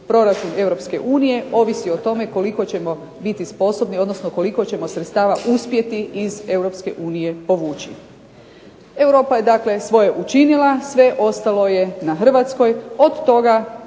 unije ovisi o tome koliko ćemo biti sposobni odnosno koliko ćemo sredstava uspjeti iz Europske unije povući. Europa je dakle svoje učinila, sve ostalo je na Hrvatskoj, od toga